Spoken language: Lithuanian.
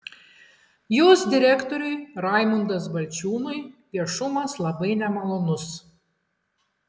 jos direktoriui raimundas balčiūnui viešumas labai nemalonus